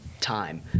time